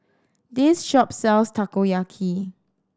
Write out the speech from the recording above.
this shop sells Takoyaki